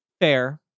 fair